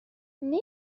نمی